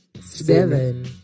Seven